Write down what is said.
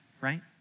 Right